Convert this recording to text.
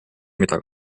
mida